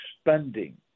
spending